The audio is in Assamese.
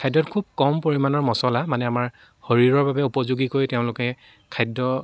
খাদ্য়ত খুব পৰিমাণৰ মচলা মানে আমাৰ শৰীৰৰ বাবে উপযোগীকৈ তেওঁলোকে খাদ্য়